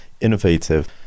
innovative